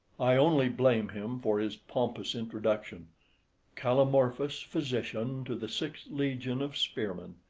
i only blame him for his pompous introduction callimorphus, physician to the sixth legion of spearmen,